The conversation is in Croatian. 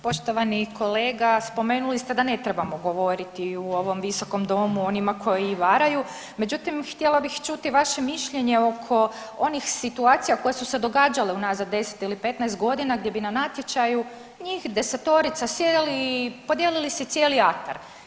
Poštovani kolega spomenuli ste da ne trebamo govoriti u ovom visokom Domu o onima koji varaju, međutim, htjela bih čuti vaše mišljenje oko onih situacija koje su se događale unazad 10 ili 15 godina, gdje bi na natječaju njih desetorica sjedili i podijelili si cijeli atar.